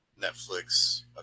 Netflix